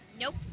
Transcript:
Nope